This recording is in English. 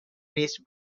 reached